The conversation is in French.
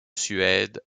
suède